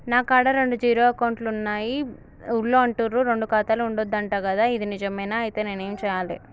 నా కాడా రెండు జీరో అకౌంట్లున్నాయి ఊళ్ళో అంటుర్రు రెండు ఖాతాలు ఉండద్దు అంట గదా ఇది నిజమేనా? ఐతే నేనేం చేయాలే?